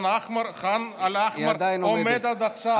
ח'אן אל-אחמר עומדת עד עכשיו.